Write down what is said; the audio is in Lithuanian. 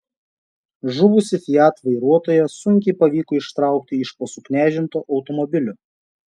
žuvusį fiat vairuotoją sunkiai pavyko ištraukti iš po suknežinto automobilio